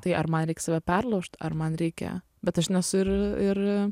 tai ar man reikia save perlaužt ar man reikia bet aš nesu ir ir